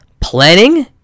planning